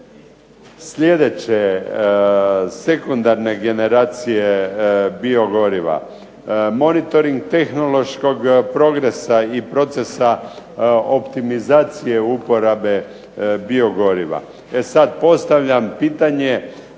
sljedeće sekundarne generacije biogoriva. Monitoring tehnološkog progresa i procesa optimizacije uporabe biogoriva. E sada postavljam pitanje,